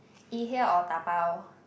eat her or dabao